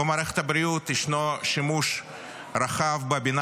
במערכת הבריאות ישנו שימוש רחב בבינה